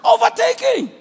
Overtaking